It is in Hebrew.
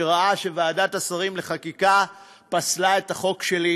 שראה שוועדת השרים לחקיקה פסלה את החוק שלי,